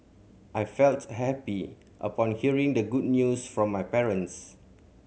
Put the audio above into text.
I felt happy upon hearing the good news from my parents